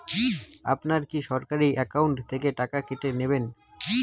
আপনারা কী সরাসরি একাউন্ট থেকে টাকা কেটে নেবেন?